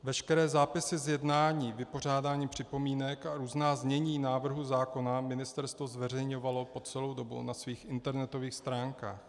Veškeré zápisy z jednání, vypořádání připomínek a různá znění návrhů zákona Ministerstvo zveřejňovalo po celou dobu na svých internetových stránkách.